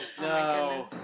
no